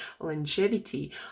longevity